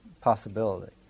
possibility